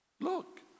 Look